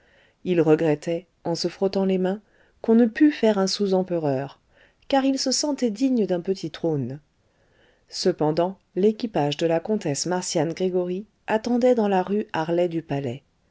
il regrettait en se frottant les mains qu'on ne put faire un sous empereur car il se sentait digne d'un petit trône cependant l'équipage de la comtesse marcian gregoryi attendait dans la rue